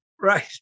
Right